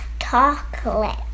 chocolate